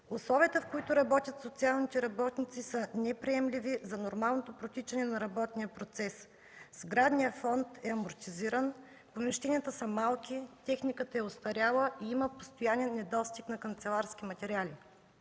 Условията, в които работят социалните работници, са неприемливи за нормалното протичане на работния процес. Сградният фонд е амортизиран, помещенията са малки, техниката е остаряла и има постоянен недостиг на канцеларски материали.